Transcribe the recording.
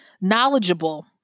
knowledgeable